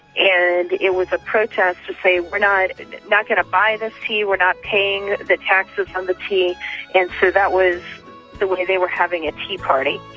and it was a protest to say, we're not and not going to buy this tea, we're not paying the taxes on the tea and so that was the way they were having a tea party.